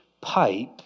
pipe